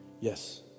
Yes